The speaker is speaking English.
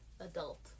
adult